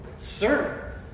Sir